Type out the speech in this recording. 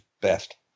best